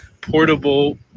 portable